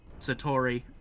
Satori